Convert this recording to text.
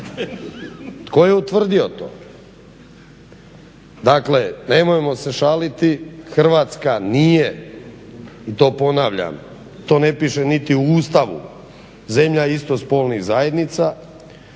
Tko je utvrdio to? Dakle nemojmo se šaliti, Hrvatska nije i to ponavljam, to ne piše niti u Ustavu, zemlja istospolnih zajednica,